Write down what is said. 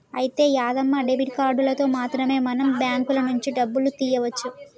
అయితే యాదమ్మ డెబిట్ కార్డులతో మాత్రమే మనం బ్యాంకుల నుంచి డబ్బులు తీయవచ్చు